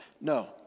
No